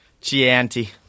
Chianti